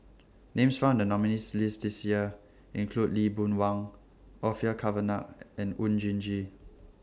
Names found in The nominees' list This Year include Lee Boon Wang Orfeur Cavenagh and Oon Jin Gee